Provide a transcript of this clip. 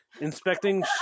inspecting